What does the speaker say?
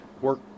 work